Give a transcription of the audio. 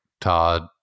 Todd